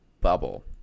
bubble